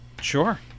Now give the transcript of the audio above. Sure